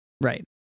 Right